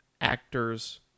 actors